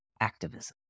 activism